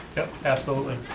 absolutely.